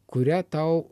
kuria tau